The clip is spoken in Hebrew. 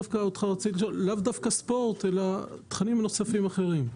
לאו דווקא ספורט, אלא תכנים נוספים אחרים.